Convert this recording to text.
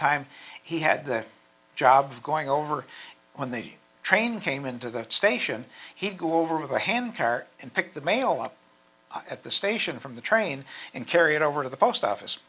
time he had the job of going over when the train came into the station he'd go over with a hand cart and pick the mail up at the station from the train and carry it over to the post office